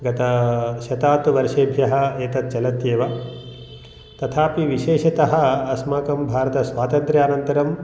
गत शतात् वर्षेभ्यः एतत् चलत्येव तथापि विशेषतः अस्माकं भारतस्वातन्त्र्यानन्तरं